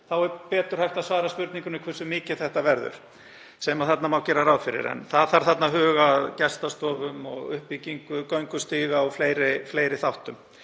er betur hægt að svara spurningunni um hversu mikið það verður sem þarna má gera ráð fyrir. En það þarf að huga að gestastofum, uppbyggingu göngustíga og fleiri þáttum.